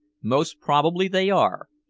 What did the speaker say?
most probably they are.